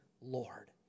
Lord